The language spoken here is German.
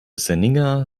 senninger